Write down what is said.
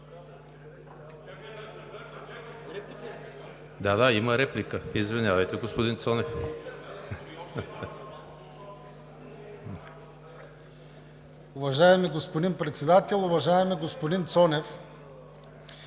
Да, има реплика. Извинявайте господин Цонев.